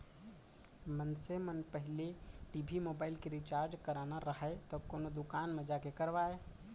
मनसे मन पहिली टी.भी, मोबाइल के रिचार्ज कराना राहय त कोनो दुकान म जाके करवाय